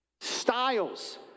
Styles